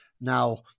Now